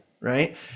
right